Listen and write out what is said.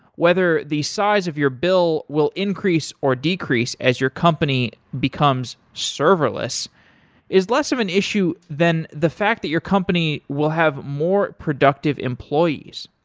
whether the size of your bill will increase or decrease as your company becomes serverless is less of an issue than the fact that your company will have more productive employees.